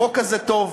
החוק הזה טוב.